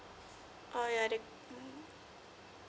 oh ya the